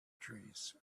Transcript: trees